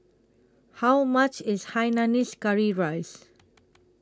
How much IS Hainanese Curry Rice